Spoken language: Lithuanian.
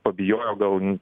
pabijojo gal n